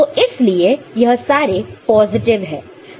तो इसलिए यह सारे पॉजिटिव है